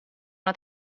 una